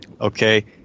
okay